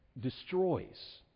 destroys